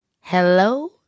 hello